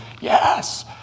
yes